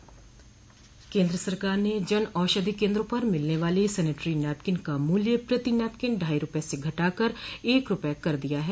केंद्र सरकार ने जनआषधि केंद्रों पर मिलने वाली सेनेटरी नैपकिन का मूल्य प्रति नैपकिन ढाई रुपये से घटाकर एक रुपये कर दिया है